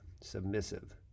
submissive